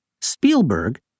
Spielberg